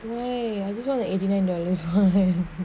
why I just want to eighty nine dollars